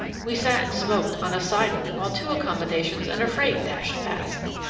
we sat and smoked on a siding while two accommodations and a freight dashed past.